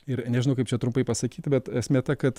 ir nežinau kaip čia trumpai pasakyt bet esmė ta kad